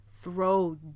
Throw